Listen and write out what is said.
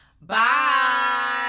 Bye